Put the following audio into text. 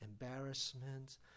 embarrassment